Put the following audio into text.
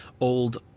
old